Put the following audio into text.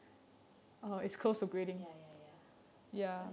ya ya ya